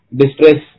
distress